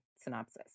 synopsis